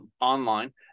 online